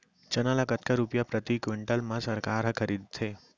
चना ल कतका रुपिया प्रति क्विंटल म सरकार ह खरीदथे?